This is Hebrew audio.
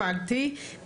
הבנתי.